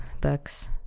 books